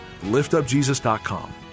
liftupjesus.com